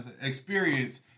Experience